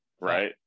right